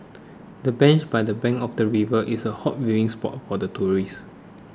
the bench by the bank of the river is a hot viewing spot for tourists